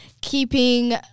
keeping